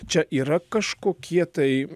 čia yra kažkokie tai